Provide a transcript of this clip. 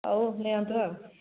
ଆଉ ନିଅନ୍ତୁ ଆଉ